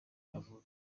avutse